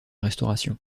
restauration